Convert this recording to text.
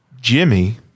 Jimmy